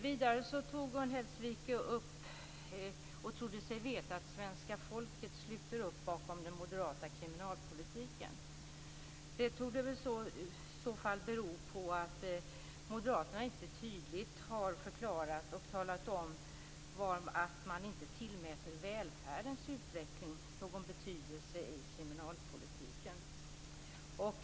Vidare tog Gun Hellsvik upp och trodde sig veta att svenska folket sluter upp bakom den moderata kriminalpolitiken. Det torde i så fall bero på att moderaterna inte tydligt har förklarat och talat om att man inte tillmäter välfärdens utveckling någon betydelse i kriminalpolitiken.